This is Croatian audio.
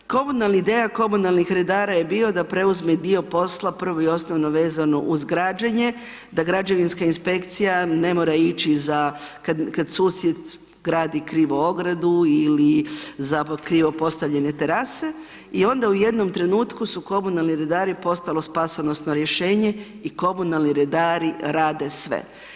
Ideja komunalnih redara je bio da preuzme dio posla, prvo i osnovno vezano uz građenje, da građevinska inspekcija ne mora ići za kad susjed gradi krivo ogradu ili za krivo postavljene terase i onda u jednom trenutku su komunalni redari postali spasonosno rješenje i komunalni redari rade sve.